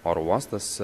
oro uostas